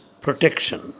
protection